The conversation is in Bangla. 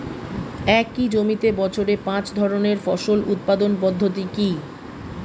একই জমিতে বছরে পাঁচ ধরনের ফসল উৎপাদন পদ্ধতি কী?